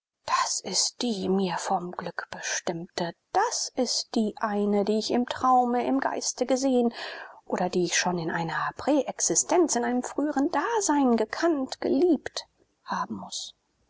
das ist die mir vom glück bestimmte das ist die eine die ich im traume im geiste gesehen oder die ich schon in einer präexistenz in einem früheren dasein gekannt geliebt haben muß